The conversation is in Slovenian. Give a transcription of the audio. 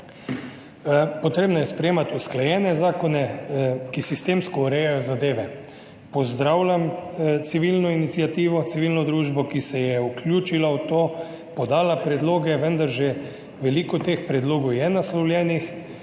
Treba je sprejemati usklajene zakone, ki sistemsko urejajo zadeve. Pozdravljam civilno iniciativo, civilno družbo, ki se je vključila v to, podala predloge, vendar je že veliko teh predlogov naslovljenih,